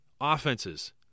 offenses